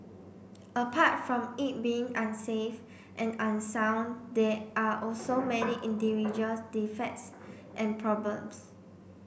apart from it being unsafe and unsound there are also many individual defects and problems